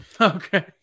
okay